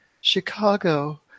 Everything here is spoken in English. Chicago